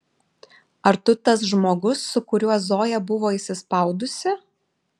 ar tu tas žmogus su kuriuo zoja buvo įsispaudusi